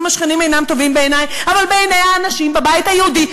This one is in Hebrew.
"השכנים אינם טובים בעיני"; אבל בעיני האנשים בבית היהודי,